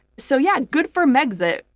so yeah, good for megxit.